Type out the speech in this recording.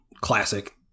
classic